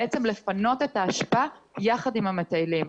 בעצם, לפנות את האשפה יחד עם המטיילים.